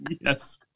Yes